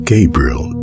Gabriel